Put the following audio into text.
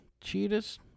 Cheetahs